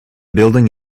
building